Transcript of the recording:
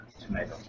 Tomato